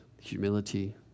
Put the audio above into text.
humility